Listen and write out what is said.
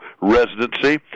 residency